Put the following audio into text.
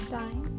time